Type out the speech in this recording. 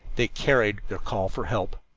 they carried their call for help.